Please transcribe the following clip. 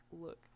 look